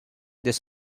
this